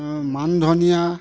ও মানধনিয়া